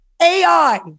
AI